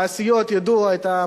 לא רוצים עבודה.